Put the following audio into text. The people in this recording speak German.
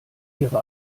ihre